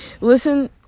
Listen